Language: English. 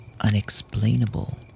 unexplainable